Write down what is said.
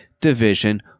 Division